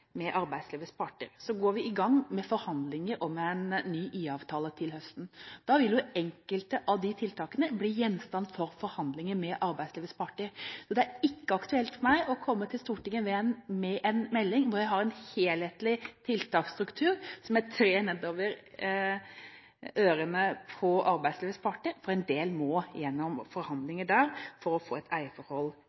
med arbeidslivets parter. Så går vi i gang med forhandlinger om en ny IA-avtale til høsten. Da vil enkelte av de tiltakene bli gjenstand for forhandlinger med arbeidslivets parter. Det er ikke aktuelt for meg å komme til Stortinget med en melding hvor jeg har en helhetlig tiltaksstruktur som jeg trer ned over ørene på arbeidslivets parter, for en del må gjennom forhandlinger der for å få et eierforhold